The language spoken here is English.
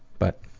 but